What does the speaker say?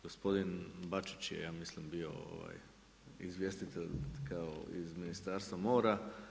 Gospodin Bačić je ja mislim bio izvjestitelj kao iz Ministarstva mora.